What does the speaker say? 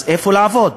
אז איפה לעבוד?